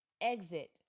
exit